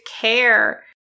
care